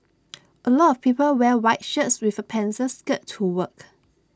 A lot of people wear white shirts with A pencil skirt to work